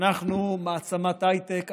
אנחנו מעצמת הייטק,